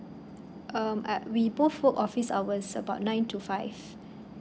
um I we both work office hours about nine to five